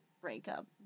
breakup